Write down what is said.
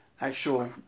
actual